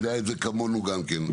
יודע את זה כמונו גם כן.